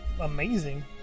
amazing